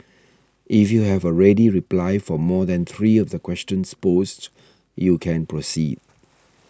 if you have a ready reply for more than three of the questions posed you can proceed